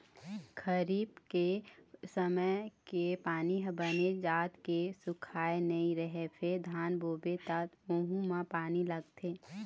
खरीफ के समे के पानी ह बने जात के सुखाए नइ रहय फेर धान बोबे त वहूँ म पानी लागथे